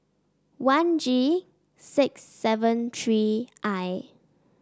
one G six seven three I